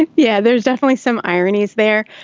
and yeah there's definitely some ironies there.